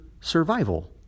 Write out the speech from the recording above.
survival